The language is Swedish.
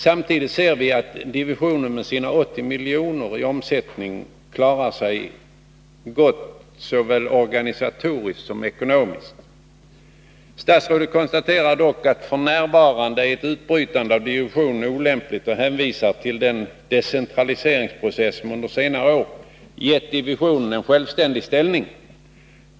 Samtidigt ser vi att divisionen med sina 80 miljoner i omsättning klarar sig gott såväl organisatoriskt som ekonomiskt. Statsrådet konstaterar dock att f.n. är ett utbrytande av divisionen olämpligt och hänvisar till den decentraliseringsprocess som under senare år gett divisionen en självständig ställning.